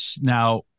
Now